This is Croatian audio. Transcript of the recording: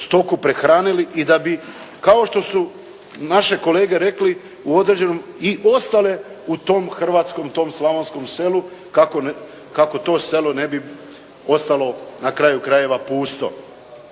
stoku prehranili i da bi kao što su naše kolege rekli i ostale u tom hrvatskom, tom slavonskom selu kako to selo ne bi ostalo na kraju krajeva pusto.